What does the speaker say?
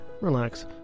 relax